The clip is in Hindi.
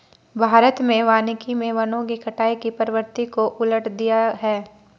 भारत में वानिकी मे वनों की कटाई की प्रवृत्ति को उलट दिया है